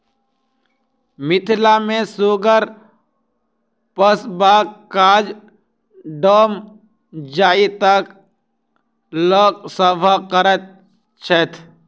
मिथिला मे सुगर पोसबाक काज डोम जाइतक लोक सभ करैत छैथ